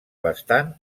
bastant